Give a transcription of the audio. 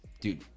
Dude